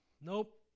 Nope